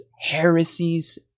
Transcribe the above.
heresies